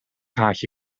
gaatje